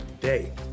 day